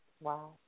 Wow